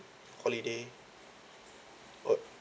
holiday uh